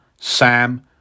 Sam